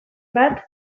bat